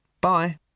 Bye